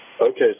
Okay